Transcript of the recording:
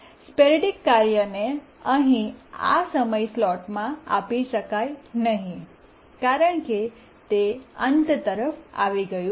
sporadic કાર્યને અહીં આ સમય સ્લોટમાં આપી શકાય નહીં કારણ કે તે અંત તરફ આવી ગયું છે